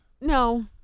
no